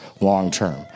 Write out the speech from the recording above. long-term